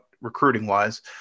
recruiting-wise